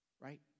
right